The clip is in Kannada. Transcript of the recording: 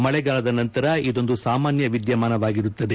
ಮಳೆಗಾಲದ ನಂತರ ಇದೊಂದು ಸಾಮಾನ್ವ ವಿದ್ಹಾಮಾನವಾಗಿರುತ್ತದೆ